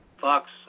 Fox